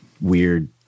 weird